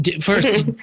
First